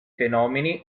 fenomeni